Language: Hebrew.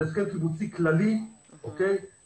זה הסכם קיבוצי כללי שידוע,